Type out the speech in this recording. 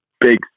big